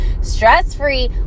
stress-free